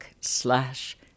slash